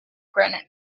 granite